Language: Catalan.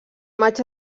maig